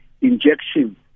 injection